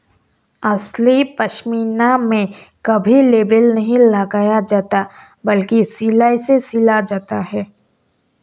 असली पश्मीना में कभी लेबल नहीं लगाया जाता बल्कि सिलाई से सिला जाता है